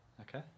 Okay